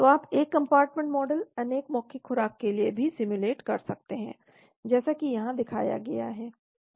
तो आप एक कंपार्टमेंट मॉडल अनेक मौखिक खुराक के लिए भी सिम्युलेट कर सकते हैं जैसा कि यहां दिखाया गया है